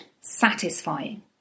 satisfying